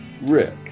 Rick